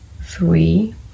three